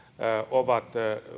ovat